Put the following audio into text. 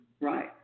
Right